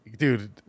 Dude